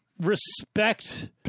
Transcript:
respect